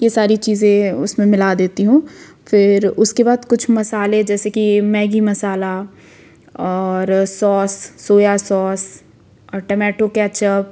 ये सारी चीज़ें उसमें मिला देती हूँ फिर उसके बाद कुछ मसाले जैसे कि मैगी मसाला और sauce soya sauce tomato ketchup